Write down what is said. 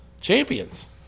champions